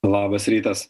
labas rytas